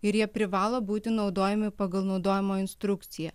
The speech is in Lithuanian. ir jie privalo būti naudojami pagal naudojimo instrukciją